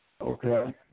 Okay